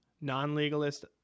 non-legalist